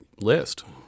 list